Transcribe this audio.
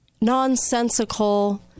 nonsensical